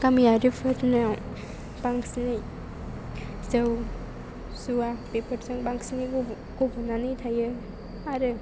गामियारिफोरनियाव बांसिनै जौ जुवा बेफोरजों बांसिनै गुबुं गब'नानै थायो आरो